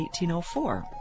1804